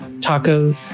taco